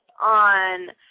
on